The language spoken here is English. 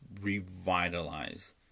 Revitalize